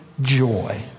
joy